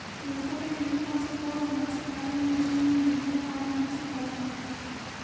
Lofoten द्वीपों से cod मत्स्य पालन, या चीन में झींगा फार्म मत्स्य पालन हैं